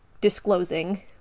disclosing